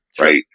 right